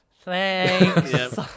thanks